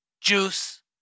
Juice